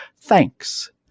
Thanks